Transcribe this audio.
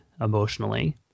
emotionally